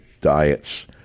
diets